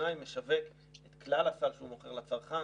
הקמעונאי משווק את כלל הסל שהוא מוכר לצרכן.